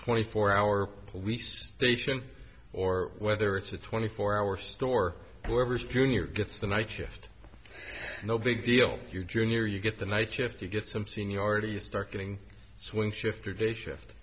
twenty four hour police station or whether it's a twenty four hour store whoever's junior gets the night shift no big deal if you're junior you get the night shift you get some seniority you start getting swing shift or day shift